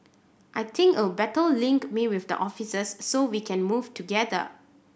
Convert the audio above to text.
I think better link me with the officers so we can move together